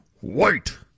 white